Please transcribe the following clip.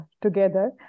together